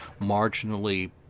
marginally